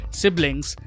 siblings